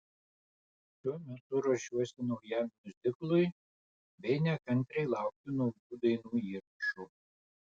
šiuo metu ruošiuosi naujam miuziklui bei nekantriai laukiu naujų dainų įrašų